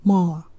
More